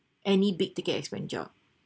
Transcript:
any big ticket expenditure